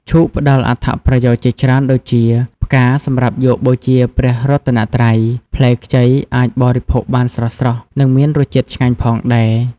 ឈូកផ្តល់អត្ថប្រយោជន៍ជាច្រើនដូចជា ផ្កាសម្រាប់យកបូជាព្រះរតនត្រ័យ, ផ្លែខ្ចីអាចបរិភោគបានស្រស់ៗ និងមានរសជាតិឆ្ងាញ់ផងដែរ ។